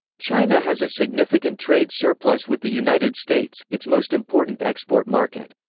china has a significant trade surplus with the united states, its most important export market.